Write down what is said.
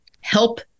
help